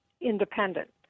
independent